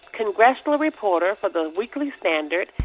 congressional reporter for the weekly standard,